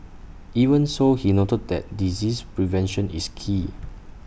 even so he noted that disease prevention is key